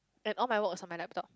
and all my work was on my laptop